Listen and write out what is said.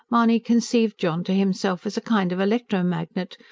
mahony conceived john to himself as a kind of electro-magnet,